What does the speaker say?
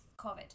COVID